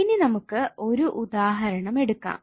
ഇനി നമുക്ക് ഒരു ഉദാഹരണം എടുക്കാം